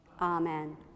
amen